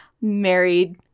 married